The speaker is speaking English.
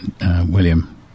William